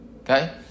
Okay